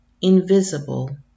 invisible